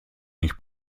nicht